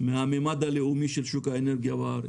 מהממד הלאומי של שוק האנרגיה בארץ.